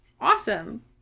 awesome